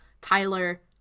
Tyler